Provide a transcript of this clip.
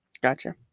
Gotcha